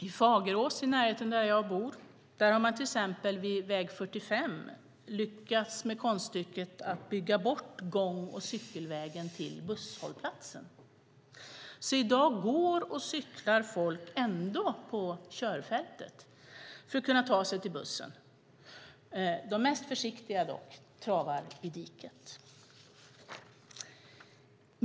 I Fagerås i närheten av där jag bor har man vid väg 45 lyckats med konststycket att bygga bort gång och cykelvägen till busshållplatsen. Nu går och cyklar folk på körfältet för att kunna ta sig till bussen. De mest försiktiga travar dock i diket.